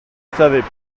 savait